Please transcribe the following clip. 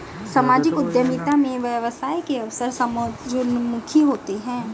सामाजिक उद्यमिता में व्यवसाय के अवसर समाजोन्मुखी होते हैं